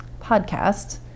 podcast